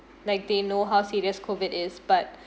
like they know how serious COVID is but